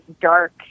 dark